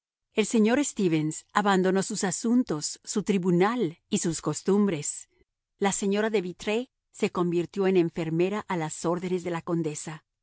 el señor stevens abandonó sus asuntos su tribunal y sus costumbres la señora de vitré se convirtió en enfermera a las órdenes de la condesa